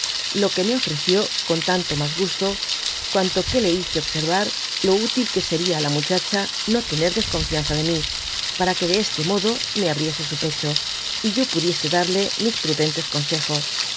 lo que me ofreció con tanto mas gusto cuanto que le hice observar lo útu que seria á la muchacha no tener desconfianza de mi para que de este modo me abriese su pecho y yo pudiese darle mis prudentes consejos